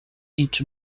each